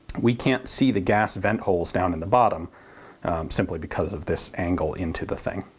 we can't see the gas vent holes down in the bottom simply because of this angle into the thing.